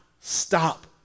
stop